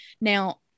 now